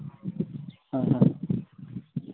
ᱦᱳᱭ ᱦᱳᱭ